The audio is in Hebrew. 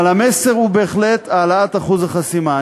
אבל המסר הוא בהחלט העלאת אחוז החסימה.